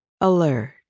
alert